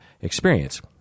experience